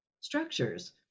structures